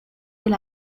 del